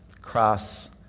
cross